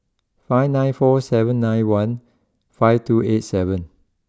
five nine four seven nine one five two eight seven